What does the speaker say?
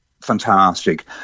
fantastic